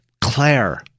Claire